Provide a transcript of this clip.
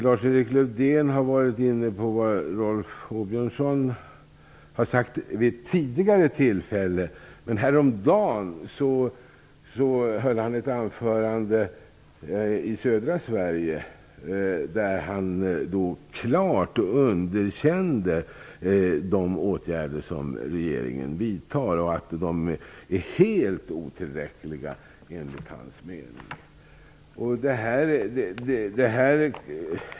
Lars-Erik Lövdén var inne på vad Rolf Åbjörnsson har sagt vid tidigare tillfällen, men häromdagen höll han ett anförande i södra Sverige där han klart underkände de åtgärder som regeringen vidtar -- de är helt otillräckliga, enligt hans mening.